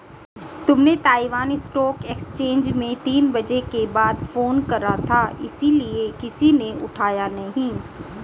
तुमने Taiwan stock exchange में तीन बजे के बाद फोन करा था इसीलिए किसी ने उठाया नहीं